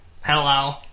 Hello